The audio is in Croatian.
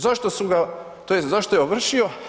Zašto su ga tj. zašto je ovršio?